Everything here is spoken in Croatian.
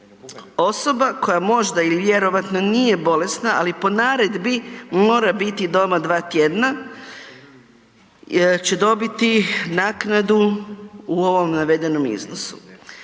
osoba koja možda ili vjerojatno nije bolesna, ali po naredbi mora biti doma dva tjedna će dobiti naknadu u ovom navedenom iznosu.